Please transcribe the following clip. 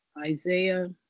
Isaiah